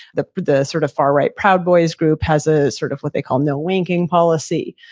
the the sort of far right proud boys group has a sort of what they call no wanking policy.